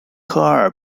科尔